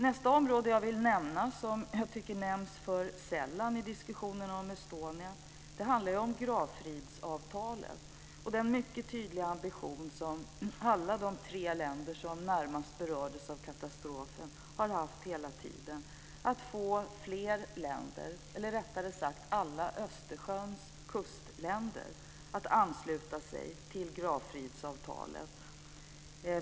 Nästa område jag vill nämna, som jag tycker nämns för sällan i diskussionerna om Estonia, är gravfridsavtalet och den mycket tydliga ambition som alla de tre länder som närmast berördes av katastrofen hela tiden har haft att få alla Östersjöns kustländer att ansluta sig till.